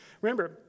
Remember